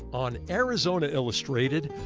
on arizona illustrated,